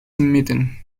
smitten